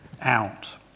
out